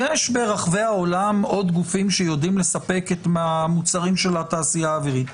יש ברחבי העולם עוד גופים שיודעים לספק מהמוצרים של התעשייה האווירית.